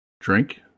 Drink